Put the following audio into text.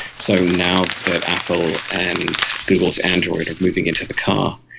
so now that apple and google's android are moving into the car,